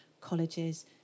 colleges